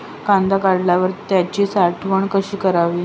कांदा काढल्यावर त्याची साठवण कशी करावी?